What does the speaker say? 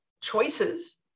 choices